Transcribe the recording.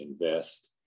invest